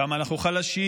כמה אנחנו חלשים,